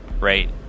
right